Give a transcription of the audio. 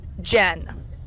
Jen